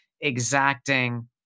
exacting